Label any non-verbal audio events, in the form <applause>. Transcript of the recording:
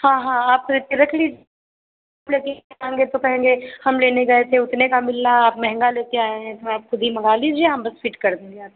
हाँ हाँ आप <unintelligible> रख <unintelligible> तो आएँगे कहेंगे हम लेने गए थे उतने का मिला आप महंगा लेकर आए हैं तो आप ख़ुद ही मँगा लीजिए हम बस फ़िट कर देंगे आकर